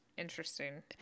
Interesting